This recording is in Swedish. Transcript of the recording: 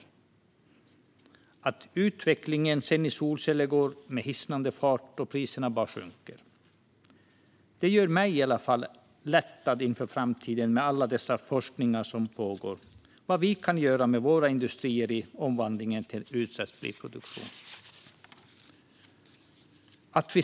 Dessutom går utvecklingen av solceller med hisnande fart, och priserna bara sjunker. All den forskning som pågår om vad vi kan göra med våra industrier i omvandlingen till utsläppsfri produktion gör i alla fall mig lättad inför framtiden.